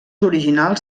originals